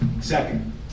Second